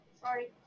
Sorry